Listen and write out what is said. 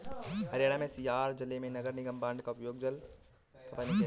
हरियाणा में हिसार जिले में नगर निगम बॉन्ड का उपयोग जल सफाई में किया गया